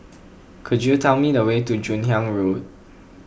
could you tell me the way to Joon Hiang Road